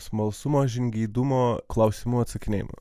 smalsumo žingeidumo klausimų atsakinėjimo